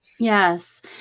Yes